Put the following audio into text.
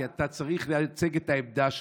כי אתה צריך לייצג את העמדה שלך.